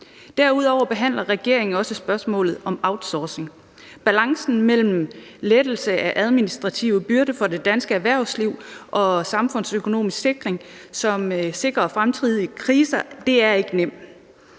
Derudover behandler regeringen også spørgsmålet om outsourcing. Balancen mellem lettelse af administrative byrder for det danske erhvervsliv og samfundsøkonomisk sikring, som sikrer i forhold til fremtidige kriser, er ikke nem